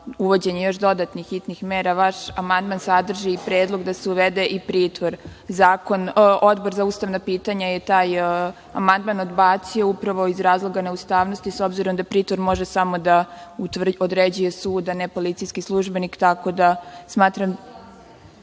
uvođenje još dodatnih hitnih mera. Vaš amandman sadrži i predlog da se uvede i pritvor. Odbor za ustavna pitanja je taj amandman odbacio upravo iz razloga neustavnosti, s obzirom da pritvor može samo da određuje sud, a ne policijski službenik. Tako da, zato